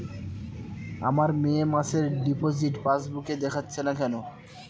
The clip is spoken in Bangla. আমার মে মাসের ডিপোজিট পাসবুকে দেখাচ্ছে না কেন?